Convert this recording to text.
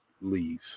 leave